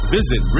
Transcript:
Visit